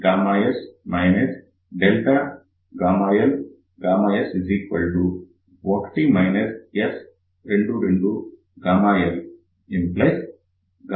S11S LS1 S22LL1 S11S